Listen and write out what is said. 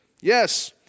Yes